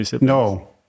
No